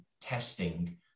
testing